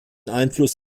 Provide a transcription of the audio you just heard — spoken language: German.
einfluss